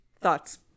thoughts